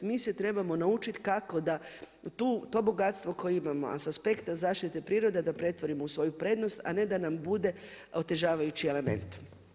Mi se trebamo naučiti kako da to bogatstvo koje imamo a sa aspekta zaštite prirode da pretvorimo u svoju prednost a ne da nam bude otežavajući element.